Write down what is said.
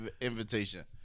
invitation